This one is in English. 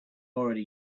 already